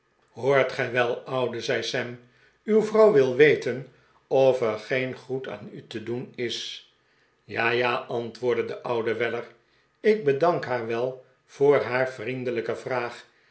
hoort gij wel oude zei sam uw vrouw wil weten of er geen goed aan u te doen is ja ja antwoordde de oude weller ik bedank haar wel voor haar vriendelijke vraag